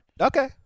Okay